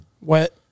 wet